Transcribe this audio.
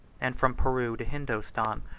and from peru to hindostan,